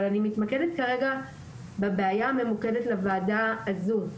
אבל אני מתמקדת כרגע בבעיה הממוקדת לוועדה הזו.